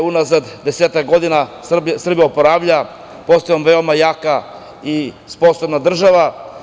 Unazad desetak godina Srbija se oporavlja, postajemo veoma jaka i sposobna država.